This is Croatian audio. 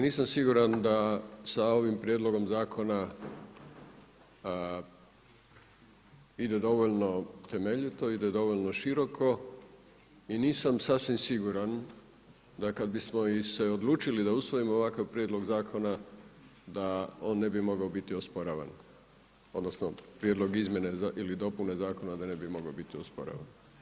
Ali nisam siguran da sa ovim Prijedlogom zakona ide dovoljno temeljito, ide dovoljno široko i nisam sasvim siguran da bismo se i odlučili da usvojimo ovakav Prijedlog zakona da on ne bi mogao biti osporavan odnosno Prijedlog izmjene ili dopune Zakona da ne bi mogao biti osporavan.